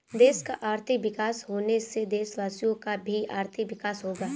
देश का आर्थिक विकास होने से देशवासियों का भी आर्थिक विकास होगा